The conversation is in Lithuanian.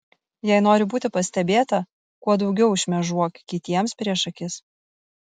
jei nori būti pastebėta kuo daugiau šmėžuok kitiems prieš akis